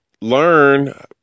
learn